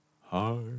hard